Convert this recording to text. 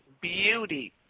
Beauty